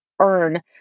earn